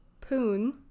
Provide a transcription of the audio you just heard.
Poon